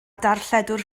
darlledwr